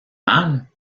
mal